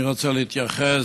אני רוצה להתייחס